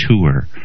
tour